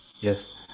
Yes